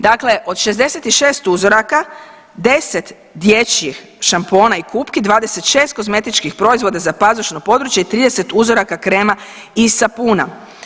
Dakle, od 66 uzoraka 10 dječjih šampona i kupki, 26 kozmetičkih proizvoda za pazušno područje i 30 uzoraka krama i sapuna.